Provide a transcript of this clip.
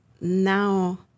now